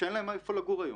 שאין להם איפה לגור היום.